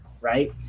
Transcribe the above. right